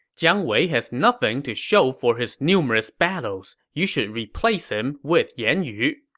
jiang wei has nothing to show for his numerous battles. you should replace him with yan yu.